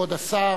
כבוד השר,